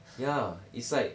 ya it's like